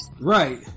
right